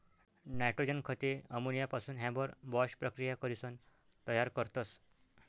nitrogen खते अमोनियापासून Haber Bosch प्रकिया करीसन तयार करतस